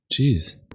Jeez